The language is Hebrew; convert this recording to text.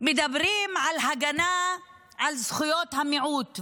מדברים על הגנה על זכויות המיעוט,